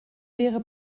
wäre